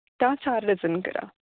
त्या चार डझन करा